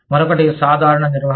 మరొకటి సాధారణ నిర్వహణ